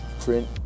Print